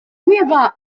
nieba